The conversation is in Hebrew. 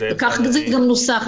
וכך זה גם נוסח.